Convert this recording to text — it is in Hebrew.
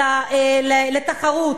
לתחרות,